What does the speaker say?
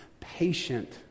Patient